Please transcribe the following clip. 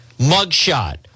mugshot